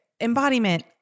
embodiment